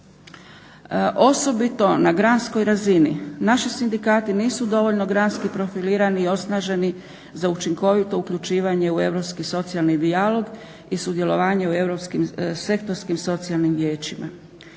osobito na granskoj razini. Naši sindikati nisu dovoljno granski profilirani i osnaženi za učinkovito uključivanje u europski socijalni dijalog i sudjelovanje u europskim sektorskim socijalnim vijećima.